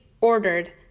ordered